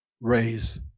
raise